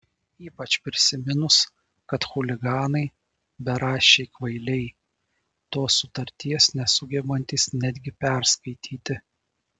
ypač prisiminus kad chuliganai beraščiai kvailiai tos sutarties nesugebantys netgi perskaityti